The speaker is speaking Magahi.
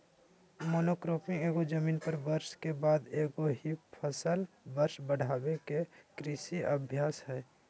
मोनोक्रॉपिंग एगो जमीन पर वर्ष के बाद एगो ही फसल वर्ष बढ़ाबे के कृषि अभ्यास हइ